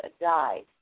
died